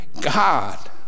God